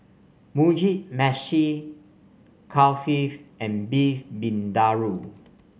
Mugi Meshi Kulfi and Beef Vindaloo